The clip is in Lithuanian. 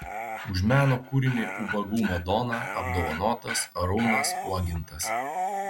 už meno kūrinį ubagų madona apdovanotas arūnas uogintas